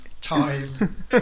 Time